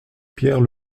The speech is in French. pierre